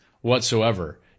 whatsoever